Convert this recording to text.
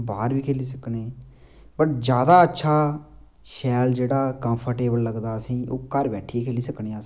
बाह्र बी खेली सकने बट ज्यादा अच्छा शैल जेह्ड़ा कम्फाटेबल लगदा असेंगी ओह् घर बैठियै खेली सकने अस